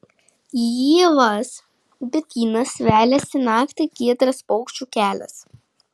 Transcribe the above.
į ievas bitynas veliasi naktį giedras paukščių kelias